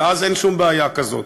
ואז אין שום בעיה כזאת.